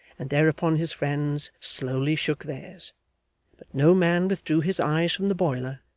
and thereupon his friends slowly shook theirs but no man withdrew his eyes from the boiler,